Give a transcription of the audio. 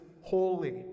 holy